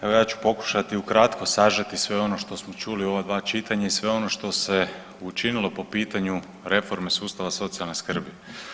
Evo ja ću pokušati ukratko sažeti sve ono što smo čuli u ova dva čitanja i sve ono što se učinilo po pitanju reforme socijalne skrbi.